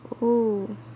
!woo!